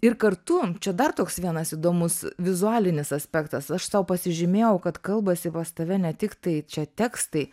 ir kartu čia dar toks vienas įdomus vizualinis aspektas aš sau pasižymėjau kad kalbasi pas tave ne tiktai čia tekstai